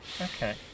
Okay